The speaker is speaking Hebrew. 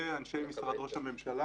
אנשי משרד ראש המשלה